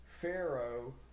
Pharaoh